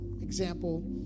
example